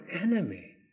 enemy